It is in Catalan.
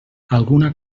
alguna